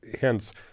hence